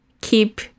keep